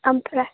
ओमफ्राय